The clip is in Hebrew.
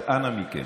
אז אנא מכם.